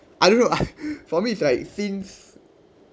I don't know for me it's like since